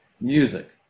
music